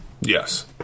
yes